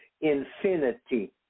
infinity